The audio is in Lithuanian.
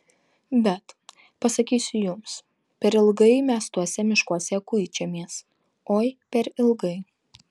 bet pasakysiu jums per ilgai mes tuose miškuose kuičiamės oi per ilgai